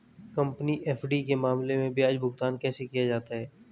Company FD के मामले में ब्याज भुगतान कैसे किया जाता है?